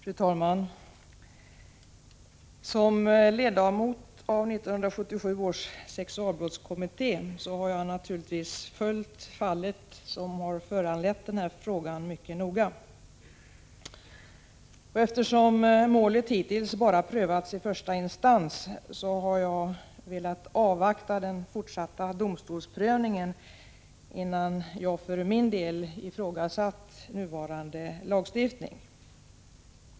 Fru talman! Som ledamot av 1977 års sexualbrottskommitté har jag naturligtvis mycket noga följt det fall som har föranlett denna interpellation. Eftersom målet hittills bara har prövats i första instans har jag velat avvakta den fortsatta domstolsprövningen innan jag ifrågasätter nuvarande lagstiftning.